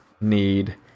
need